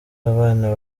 abana